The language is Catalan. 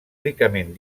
ricament